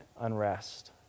unrest